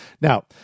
Now